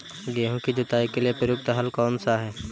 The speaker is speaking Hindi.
गेहूँ की जुताई के लिए प्रयुक्त हल कौनसा है?